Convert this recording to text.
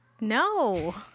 No